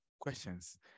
questions